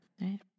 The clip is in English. right